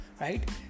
right